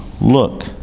Look